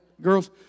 girls